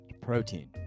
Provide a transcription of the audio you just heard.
protein